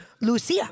Lucia